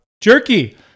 jerky